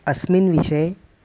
अस्मिन् विषये